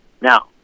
now